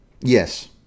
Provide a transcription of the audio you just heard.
Yes